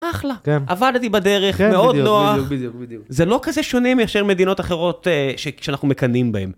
אחלה, עבדתי בדרך, מאוד נוח. זה לא כזה שונה מאשר מדינות אחרות שאנחנו מקנאים בהן.